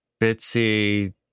bitsy